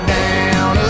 down